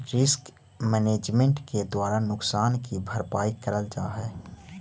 risk management के द्वारा नुकसान की भरपाई करल जा हई